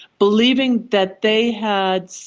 believing that they had,